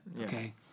okay